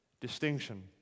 distinction